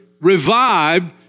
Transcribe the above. revived